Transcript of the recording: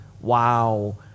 wow